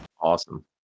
awesome